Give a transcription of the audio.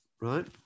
right